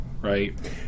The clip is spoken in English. right